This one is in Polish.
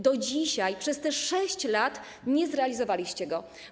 Do dzisiaj przez te 6 lat nie zrealizowaliście tego.